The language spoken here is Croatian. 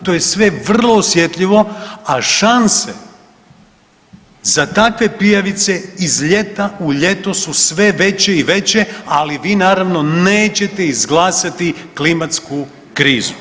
To je sve vrlo osjetljivo, a šanse i za takve pijavice iz ljeta u ljeto su sve veće i veće ali vi naravno nećete izglasati klimatsku krizu.